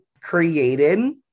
created